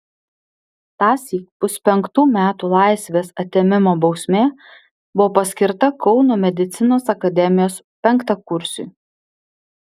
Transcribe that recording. tąsyk puspenktų metų laisvės atėmimo bausmė buvo paskirta kauno medicinos akademijos penktakursiui